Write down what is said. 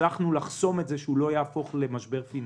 הצלחנו לחסום את זה שהוא לא יהפוך למשבר פיננסי.